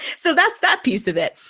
so that's that piece of it.